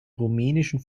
rumänischen